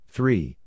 Three